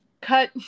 cut